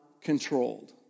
controlled